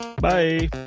Bye